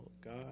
God